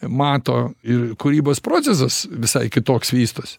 mato ir kūrybos procesas visai kitoks vystosi